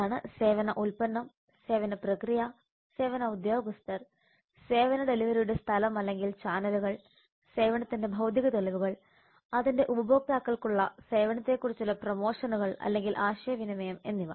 അതാണ് സേവന ഉൽപ്പന്നം സേവന പ്രക്രിയ സേവന ഉദ്യോഗസ്ഥർ സേവന ഡെലിവറിയുടെ സ്ഥലം അല്ലെങ്കിൽ ചാനലുകൾ സേവനത്തിന്റെ ഭൌതിക തെളിവുകൾ അതിന്റെ ഉപഭോക്താക്കൾക്കുള്ള സേവനത്തെക്കുറിച്ചുള്ള പ്രമോഷനുകൾ അല്ലെങ്കിൽ ആശയവിനിമയം എന്നിവ